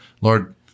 Lord